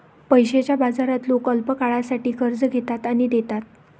पैशाच्या बाजारात लोक अल्पकाळासाठी कर्ज घेतात आणि देतात